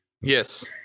Yes